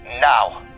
now